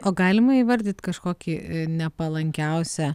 o galima įvardyt kažkokį nepalankiausią